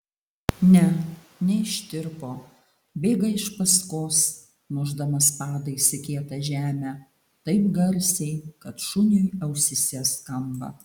ne neištirpo bėga iš paskos mušdamas padais į kietą žemę taip garsiai kad šuniui ausyse skamba